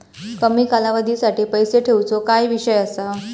कमी कालावधीसाठी पैसे ठेऊचो काय विषय असा?